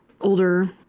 Older